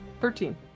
Thirteen